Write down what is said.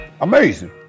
amazing